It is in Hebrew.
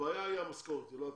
הבעיה היא המשכורת ולא הכבוד.